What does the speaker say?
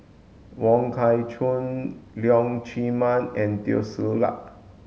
Wong Kah Chun Leong Chee Mun and Teo Ser Luck